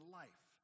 life